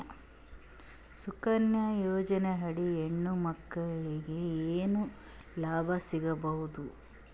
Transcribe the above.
ಸುಕನ್ಯಾ ಯೋಜನೆ ಅಡಿ ಹೆಣ್ಣು ಮಕ್ಕಳಿಗೆ ಏನ ಲಾಭ ಸಿಗಬಹುದು?